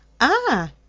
Ah